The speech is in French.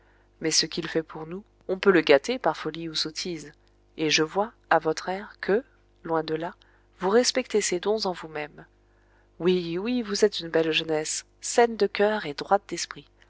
mais ce qu'il fait pour nous on peut le gâter par folie ou sottise et je vois à votre air que loin de là vous respectez ses dons en vous-même oui oui vous êtes une belle jeunesse saine de coeur et droite d'esprit